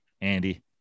Andy